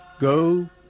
Go